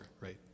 right